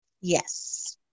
Yes